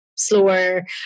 slower